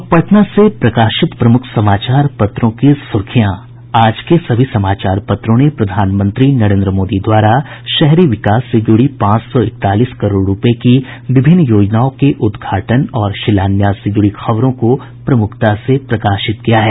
अब पटना से प्रकाशित प्रमुख समाचार पत्रों की सुर्खियां आज के सभी समाचार पत्रों ने प्रधानमंत्री नरेन्द्र मोदी द्वारा शहरी विकास से जुड़ी पांच सौ इकतालीस करोड़ रूपये की विभिन्न योजनाओं के उद्घाटन और शिलान्यास से जूड़ी खबरों को प्रमुखता से प्रकाशित किया है